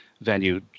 venue